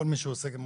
כל מי שעוסק עם